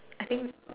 I think